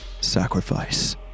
sacrifice